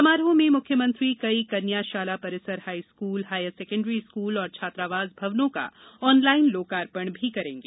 समारोह में मुख्यमंत्री कई कन्या शाला रिसर हाईस्कूल हायर सेकण्डरी स्कूल और छात्रावास भवनों का ऑनलाइन लोकार् ण भी करेंगे